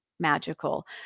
magical